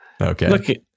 Okay